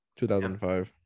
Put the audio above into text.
2005